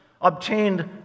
obtained